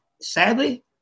Sadly